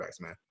man